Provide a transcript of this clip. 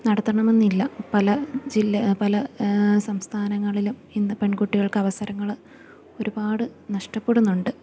നടത്തണമെന്നില്ല പല ജില്ല പല സംസ്ഥാനങ്ങളിലും ഇന്ന് പെൺകുട്ടികൾക്ക് അവസരങ്ങള് ഒരുപാട് നഷ്ടപ്പെടുന്നുണ്ട്